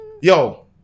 Yo